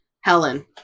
helen